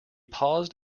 paused